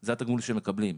זה התגמול שמקבלים,